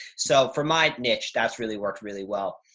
so for my niche, that's really worked really well.